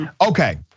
Okay